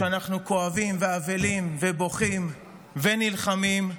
כשאנחנו כואבים ואבלים ובוכים ונלחמים,